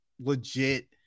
legit